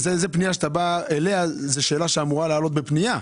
זאת שאלה שאמורה לעלות בפנייה.